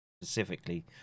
specifically